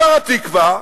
שר "התקווה",